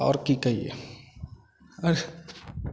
आओर की कहियै बस